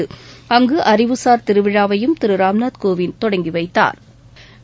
முன்னதாக அங்கு அறிவுசார் திருவிழாவை யும் திரு ராம்நாத் கோவிந்த் தொடங்கி வைத்தாா்